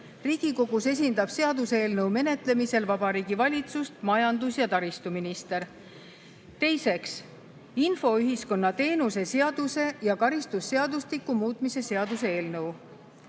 Riigikogus esindab seaduseelnõu menetlemisel Vabariigi Valitsust majandus- ja taristuminister. Teiseks, infoühiskonna teenuse seaduse ja karistusseadustiku muutmise seaduse eelnõu.